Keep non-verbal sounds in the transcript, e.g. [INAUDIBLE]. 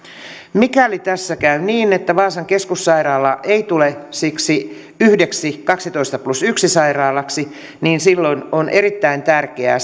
mikäli tässä käy niin että vaasan keskussairaala ei tule siksi yhdeksi kaksitoista plus yksi sairaalaksi niin silloin on erittäin tärkeää [UNINTELLIGIBLE]